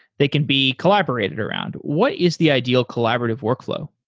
they can be collaborated around. what is the ideal collaborative workflow?